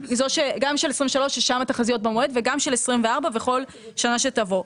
גם של 23' ששם התחזיות במועד וגם של 24' וכל שנה שתבוא.